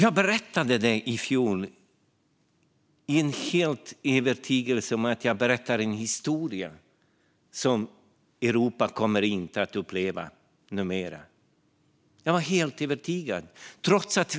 Jag berättade detta i fjol, helt övertygad om att jag berättade en historia som Europa inte skulle komma att uppleva igen.